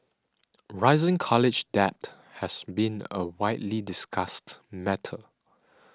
rising college debt has been a widely discussed matter